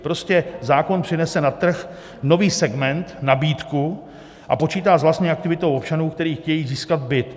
Prostě zákon přinese na trh nový segment, nabídku a počítá s vlastní aktivitou občanů, kteří chtějí získat byt.